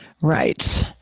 Right